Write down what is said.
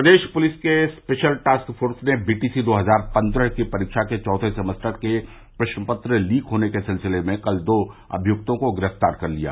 प्रदेश police के special task force ने BTC दो हजार पन्द्रह की परीक्षा के चौथे सेमेस्टर के प्रश्नपत्र लीक होने के सिलसिले में कल दो अभियक्तों को गिरफ्तार कर लिया